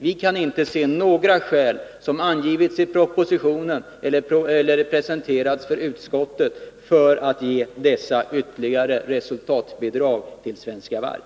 Vi kan inte se att några skäl har angivits i propositionen eller presenterats för utskottet för att ge dessa ytterligare resultatbidrag till Svenska Varv.